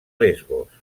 lesbos